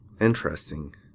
Interesting